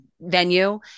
venue